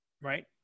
Right